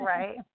Right